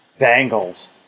Bengals